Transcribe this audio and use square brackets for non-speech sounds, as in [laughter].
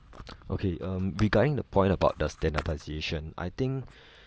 okay um regarding the point about the standardisation I think [breath]